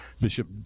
Bishop